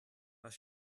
was